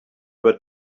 were